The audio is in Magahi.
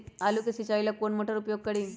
आलू के सिंचाई ला कौन मोटर उपयोग करी?